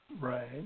Right